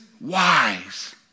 wise